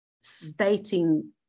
stating